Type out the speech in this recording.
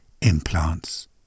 implants